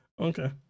Okay